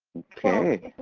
okay.